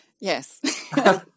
Yes